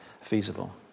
feasible